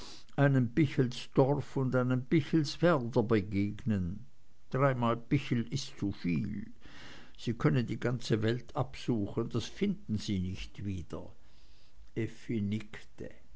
einem pichelsdorf und einem pichelswerder begegnen dreimal pichel ist zuviel sie können die ganze welt absuchen das finden sie nicht wieder